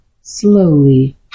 slowly